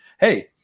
Hey